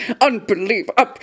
Unbelievable